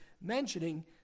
mentioning